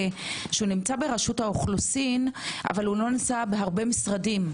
שנמצא ברשות האוכלוסין אך לא בהרבה משרדים.